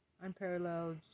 unparalleled